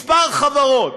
כמה חברות,